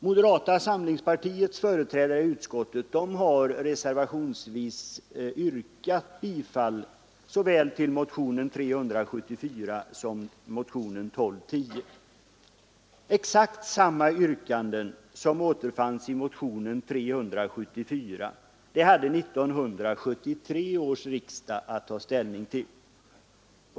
Moderata samlingspartiets företrädare i utskottet har reservationsvis tillstyrkt såväl motionen 374 som motionen 1210. Exakt samma yrkande som nu återfinns i motionen 374 hade 1973 års riksdag att ta ställning till.